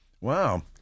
Wow